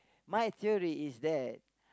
my theory is that